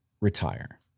retire